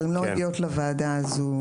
אבל הן לא מגיעות לוועדה הזו.